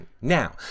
Now